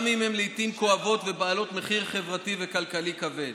גם אם הן לעיתים כואבות ובעלות מחיר חברתי וכלכלי כבד.